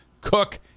cook